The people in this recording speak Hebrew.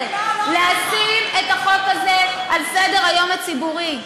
לשים את החוק הזה על סדר-היום הציבורי,